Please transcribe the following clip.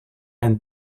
and